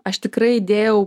aš tikrai dėjau